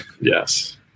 Yes